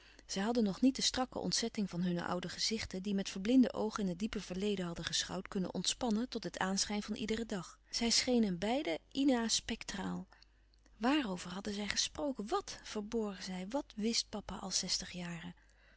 zij hadden nog niet de strakke ontzetting van hunne oude gezichten die met verblinde oogen in het diepe verleden hadden geschouwd kunnen ontspannen tot het aanschijn van iederen dag zij schenen beiden ina spectraal wàarover hadden zij gesproken wàt verborgen zij wàt wist papa al zestig jaren